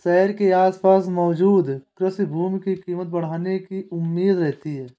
शहर के आसपास मौजूद कृषि भूमि की कीमत बढ़ने की उम्मीद रहती है